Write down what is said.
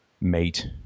mate